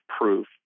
proof